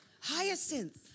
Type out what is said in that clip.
Hyacinth